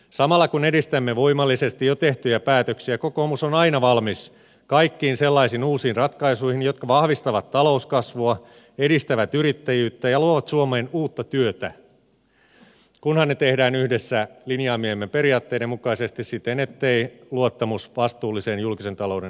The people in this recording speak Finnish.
samalla kun edistämme voimallisesti jo tehtyjä päätöksiä kokoomus on aina valmis kaikkiin sellaisiin uusiin ratkaisuihin jotka vahvistavat talouskasvua edistävät yrittäjyyttä ja luovat suomeen uutta työtä kunhan ne tehdään yhdessä linjaamiemme periaatteiden mukaisesti siten ettei luottamus vastuulliseen julkisen talouden hoitoon vaarannu